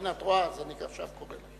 הנה, את רואה, עכשיו אני קורא.